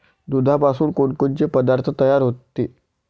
दुधापासून कोनकोनचे पदार्थ तयार होते?